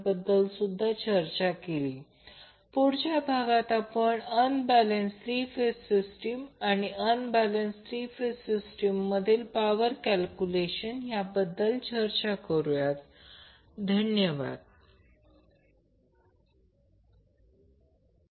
तर मला ते स्पष्ट करू द्या जेणेकरून ही अनबॅलन्सड सिस्टमसाठी थोडीशी कल्पना आहे